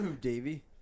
Davy